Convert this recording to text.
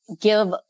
give